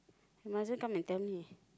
might as well come and tell me